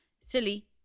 Silly